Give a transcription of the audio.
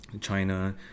China